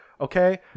Okay